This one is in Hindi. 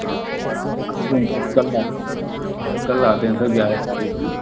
हाँ आते हैं सर कल आते कल आते हैं सर ग्यारह तारीख़ में